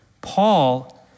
Paul